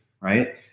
right